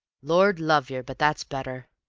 lord love yer, but that's better!